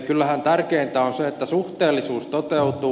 kyllähän tärkeintä on se että suhteellisuus toteutuu